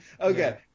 Okay